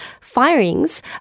firings